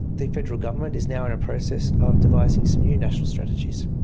the federal government is now in a process of devising some new national strategies.